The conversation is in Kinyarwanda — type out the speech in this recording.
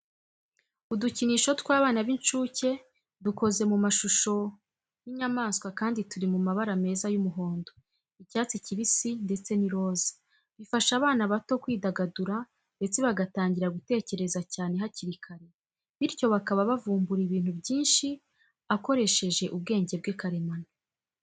Udukinisho tw'abana b'incuke dukoze mu mashusho y'inyamaswa kandi turi mu mabara meza y'umuhondo, icyatsi kibisi ndetse n'iroza. Bifasha abana bato kwidagadura ndetse bagatangira gutekereza cyane hakiri kare, bityo bakaba bavumbura ibintu byinshi akoresheje ubwenge bwe karemano.